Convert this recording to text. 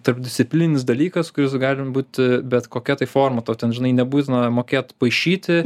tarpdisciplininis dalykas kuris gali būt bet kokia tai forma tau ten žinai nebūtina mokėt paišyti